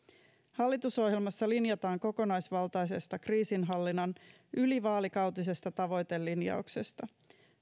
hallitusohjelmassa linjataan kokonaisvaltaisesta kriisinhallinnan ylivaalikautisesta tavoitelinjauksesta